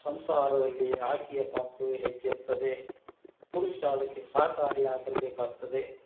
ಸಂಸಾರದಲ್ಲಿ ಆಕೆಯ ಪಾತ್ರವೇ ಹೆಚ್ಚಿರ್ತದೆ ಪುರುಷ ಅದಕ್ಕೆ ಸಹಕಾರಿ ಆಗಿರಬೇಕಾಗ್ತದೆ